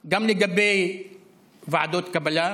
גם לגבי ועדות קבלה.